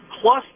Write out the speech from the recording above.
plus